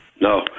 No